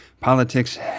politics